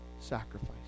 sacrifice